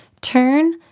turn